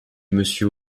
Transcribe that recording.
monsieur